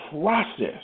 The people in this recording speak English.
process